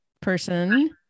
person